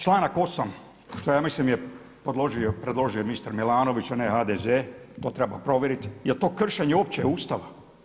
Članak 8. što je mislim je predložio mister Milanović a ne HDZ to treba provjeriti, jel to kršenje uopće Ustava?